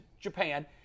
Japan